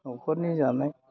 न'खरनि जानाय